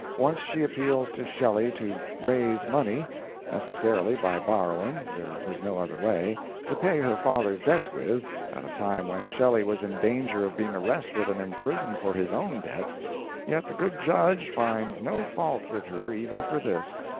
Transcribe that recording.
once she appeals to shelley to raise money necessarily by borrowing, there was no other way to pay her father's debts with at a time when shelley was in danger of being arrested and imprisoned for his own debts yet the good judge finds no fault with her even for this.